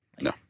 No